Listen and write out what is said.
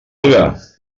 olga